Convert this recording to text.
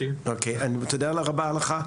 תודה רבה לך.